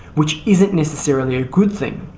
which isn't necessarily a good thing.